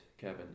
Kevin